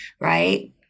right